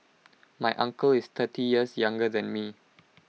my uncle is thirty years younger than me